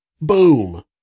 Boom